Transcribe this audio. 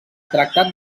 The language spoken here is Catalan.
tractat